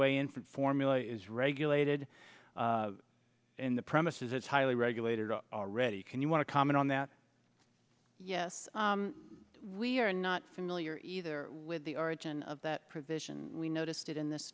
way infant formula is regulated in the premises it's highly regulated already can you want to comment on that yes we are not familiar with the origin of that provision we noticed it in this